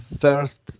first